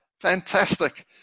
Fantastic